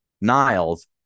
Niles